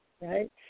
right